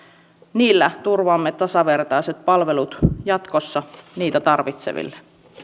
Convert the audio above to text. turvaamme tasavertaiset palvelut jatkossa niitä tarvitseville